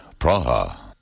Praha